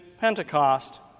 Pentecost